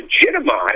legitimize